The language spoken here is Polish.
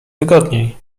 wygodniej